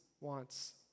wants